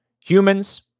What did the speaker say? Humans